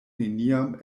neniam